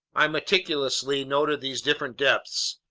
i meticulously noted these different depths,